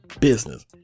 business